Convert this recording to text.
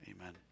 Amen